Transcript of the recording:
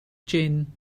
jin